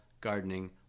gardening